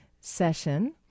session